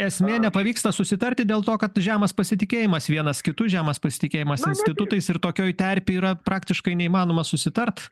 esmė nepavyksta susitarti dėl to kad žemas pasitikėjimas vienas kitu žemas pasitikėjimas institutais ir tokioj terpėj yra praktiškai neįmanoma susitart